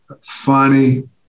funny